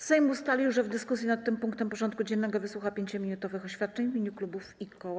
Sejm ustalił, że w dyskusji nad tym punktem porządku dziennego wysłucha 5-minutowych oświadczeń w imieniu klubów i koła.